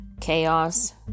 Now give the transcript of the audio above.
Chaos